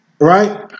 right